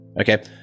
Okay